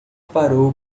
parou